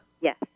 yes